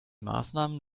maßnahmen